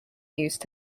used